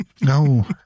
No